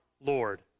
Lord